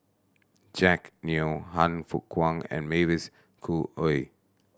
Jack Neo Han Fook Kwang and Mavis Khoo Oei